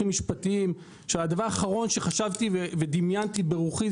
משפטיים שהדבר האחרון שחשבתי ודמיינתי ברוחי הוא